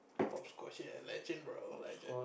hopscotch ya legend bro legend